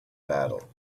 battle